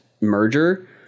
merger